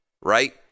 right